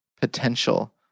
potential